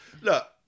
Look